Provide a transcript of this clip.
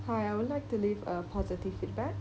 hi I would like to leave a positive feedback